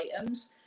items